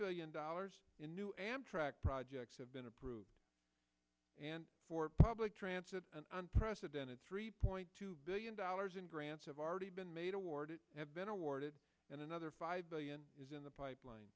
billion dollars in new amtrak projects have been approved and for public transit an unprecedented three point two billion dollars in grants have already been made awarded have been awarded and another five billion is in the pipeline